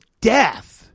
death